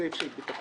בסעיף של ביטחון.